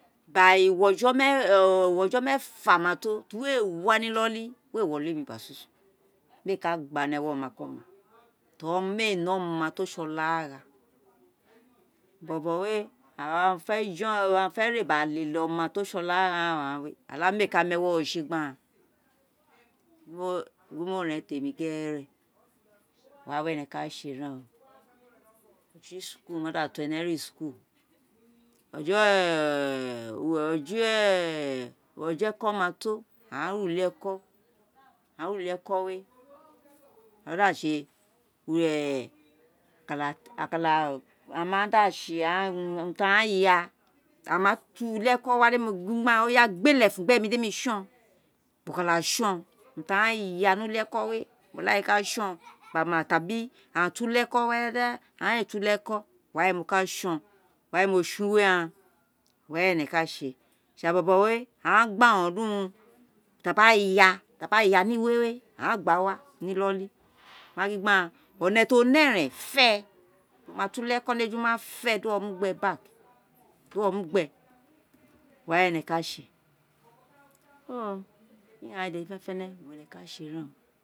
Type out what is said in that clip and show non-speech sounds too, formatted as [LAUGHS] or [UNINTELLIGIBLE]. Bu uko̱jo̱ [HESITATION] ukojo meefa ma to ira ti uwo èè wa ni inoli èè wo illi mi gba sun sun, mèè ka gba ni ewo̱ o̱ma ki o̱ma teri mèè ne̱ o̱ma̱ ti o sè olagha bobo wé awa fe̱ jo̱n iafe̱ oma ghanti ose olagha ghan wé olaami méé mu ewo ro si gbe aghan [HESITATION] di mo re̱n temi gere, wa wé owun ene̱ ka sé o ojo̱ school ma da to, ene ri school o̱jo̱ [HESITATION] o̱jo̱ [HESITATION] eko̱ ma to aghan re uli eko̱, aghan ré uli eko we a ma da sé [HESITATION] [NOISE] urun ti ei ya, ana tu uli e̱ko̱ wa, di emi gin gbe̱ aghan [UNINTELLIGIBLE] gbéè le̱fun di emi so̱n tan urum ti aya ni uli eko wé mo la ti ka so̱n gba [LAUGHS] ma tabi aghan to uli eko̱ whether aghan éè to uli e̱ko̱ wa wé mo ka so̱n, wa wé mo̱ so̱n iwe ghan, we̱re̱ ene laa sé sisi ira bobo wé aghan gba uruno lurun ti a gba ya ti a gbaya ni iwe wé, aghan gba wa ninoli, [HESITATION] mo wa gin gbe̱ aghan o̱neti o ne̱ re̱n féè, a ma to uli-e̱ko̱ niejua féè di uwo mu gbe baak, di uwo mu gbe wa wé ene ka sé [HESITATION] so lyanyin dede fe̱ne̱fe̱ne̱.